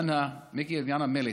מיקי, בעניין המלט.